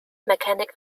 mechanic